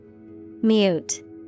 Mute